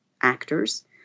actors